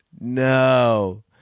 No